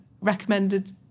recommended